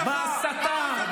שקרן אחד.